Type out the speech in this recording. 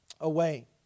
away